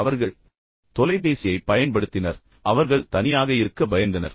எனவே அவர்கள் தொலைபேசியைப் பயன்படுத்தினர் ஆனால் அவர்கள் தனியாக இருக்க பயந்தனர்